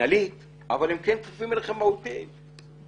מינהלית אבל הם כן כפופים אליכם מהותית ומקצועית.